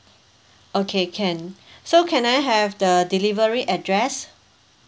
okay can so can I have the delivery address